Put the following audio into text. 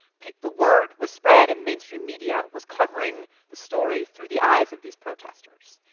the word was spread and mainstream media was covering the story through the eyes of these protesters.